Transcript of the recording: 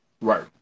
Right